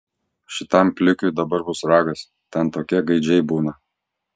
šitam plikiui dabar bus ragas ten tokie gaidžiai būna